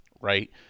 right